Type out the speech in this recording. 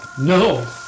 no